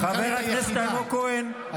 חבר הכנסת אלמוג כהן,